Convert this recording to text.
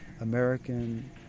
American